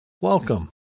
welcome